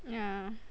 yeah